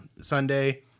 Sunday